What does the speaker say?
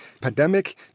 pandemic